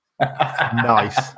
Nice